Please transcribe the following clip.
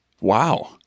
Wow